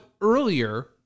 earlier